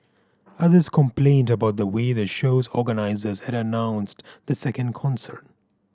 others complained about the way the show's organisers had announced the second concert